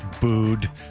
booed